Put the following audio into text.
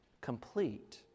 complete